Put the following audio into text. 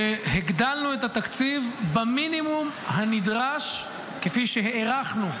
והגדלנו את התקציב במינימום הנדרש כפי שהערכנו.